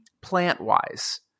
plant-wise